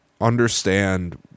understand